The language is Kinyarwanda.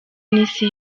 n’isi